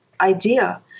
idea